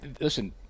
listen